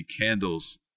candles